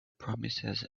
promises